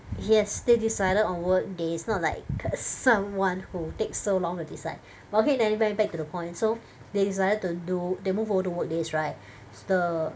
yes they decided on work days not like someone who takes so long to decide well okay anyway back to the point so they decided to do they move over to work days right the